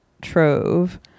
trove